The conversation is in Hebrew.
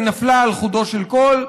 היא נפלה על חודו של קול.